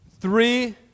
three